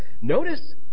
Notice